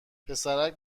پسرک